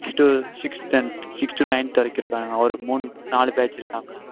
six to six tenth six to ninth வரைக்கு இருக்காங்க ஒரு மூணு நாலு பேட்ச் இருக்காங்க